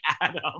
Adam